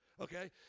Okay